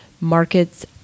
markets